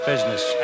Business